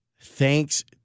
Thanks